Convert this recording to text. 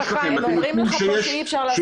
--- הם אומרים לך פה שאי אפשר לעשות את זה.